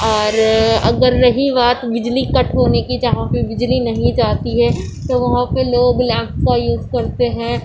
اور اگر رہی بات بجلی کٹ ہونے کی جہاں بجلی پہ نہیں جاتی ہے تو وہاں پہ لوگ لیمپ کا یوز کرتے ہیں